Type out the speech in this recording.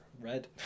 Red